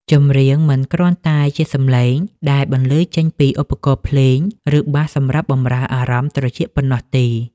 ចម្រៀងមិនគ្រាន់តែជាសម្លេងដែលបន្លឺចេញពីឧបករណ៍ភ្លេង ឬបាសសម្រាប់បម្រើអារម្មណ៍ត្រចៀកប៉ុណ្ណោះទេ។